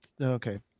okay